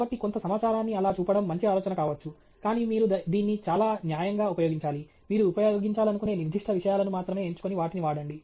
కాబట్టి కొంత సమాచారాన్ని అలా చూపడం మంచి ఆలోచన కావచ్చు కానీ మీరు దీన్ని చాలా న్యాయంగా ఉపయోగించాలి మీరు ఉపయోగించాలనుకునే నిర్దిష్ట విషయాలను మాత్రమే ఎంచుకొని వాటిని వాడండి